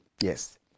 Yes